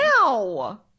now